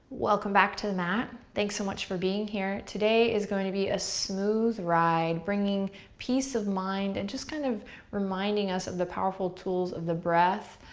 welcome back to the mat. thanks so much for being here. today is going to be a smooth ride, bringing peace of mind and just kind of reminding us of the powerful tools of the breath,